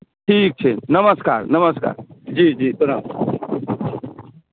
ठीक छै नमस्कार नमस्कार जी जी प्रणाम